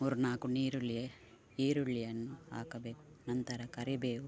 ಮೂರ್ನಾಲ್ಕು ಈರುಳ್ಳಿ ಈರುಳ್ಳಿಯನ್ನು ಹಾಕಬೇಕು ನಂತರ ಕರಿಬೇವು